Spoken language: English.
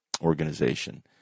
organization